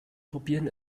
probieren